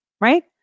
Right